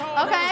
Okay